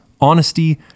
honesty